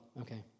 okay